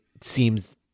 seems